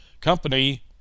Company